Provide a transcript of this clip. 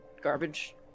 garbage